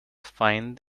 find